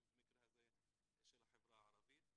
ובמקרה הזה של החברה הערבית.